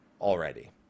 already